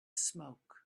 smoke